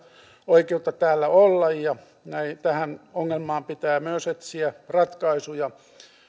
oikeutta täällä olla ja tähän ongelmaan pitää myös etsiä ratkaisuja